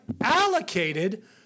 allocated